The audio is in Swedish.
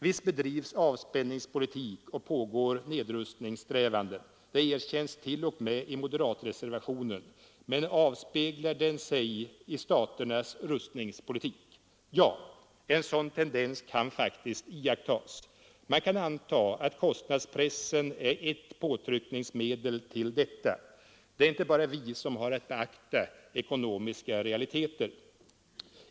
Visst bedrivs avspänningspolitik och pågår nedrustningssträvanden, det erkänns t.o.m. i moderatreservationen, men avspeglar det sig i staternas rustningspolitik? Ja, en sådan tendens kan faktiskt iakttas. Man kan anta att kostnadspressen är ett påtryckningsmedel. Det är inte bara vi som har att beakta ekonomiska realiteter.